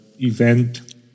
event